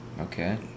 Okay